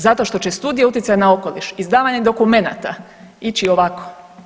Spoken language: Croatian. Zato što će studija utjecaja na okoliš, izdavanje dokumenata ići ovako.